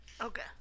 Okay